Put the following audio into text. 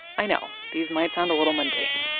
i know these might sound a little mundane.